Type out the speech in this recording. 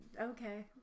Okay